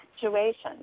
situations